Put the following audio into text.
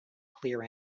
clear